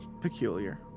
peculiar